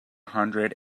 hundred